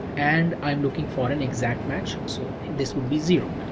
and i'm looking for an exact match. so this would be zero.